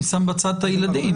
אני שם בצד את הילדים.